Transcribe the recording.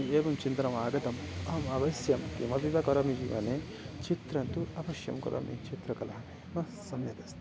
एवं चिन्तनमागतम् अहम् अवश्यं किमपि वा करोमि जीवने चित्रं तु अवश्यं करोमि चित्रकला म सम्यगस्ति